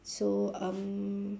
so um